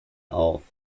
auf